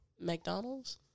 McDonald's